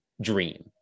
dream